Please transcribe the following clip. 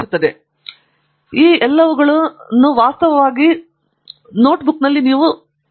ದೇಶ್ಪಾಂಡೆ ಈ ಎಲ್ಲವುಗಳು ವಾಸ್ತವವಾಗಿ ಆಂಡ್ರ್ಯೂ ಪ್ರಸ್ತಾಪಿಸಿದ ನೋಟ್ಬುಕ್ ಮೊದಲಿನ ಕೇಂದ್ರ ಅಂಶವಾಗಿದೆ